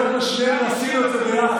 היות שעשינו את זה ביחד,